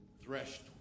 threshed